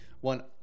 One